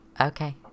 Okay